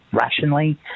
rationally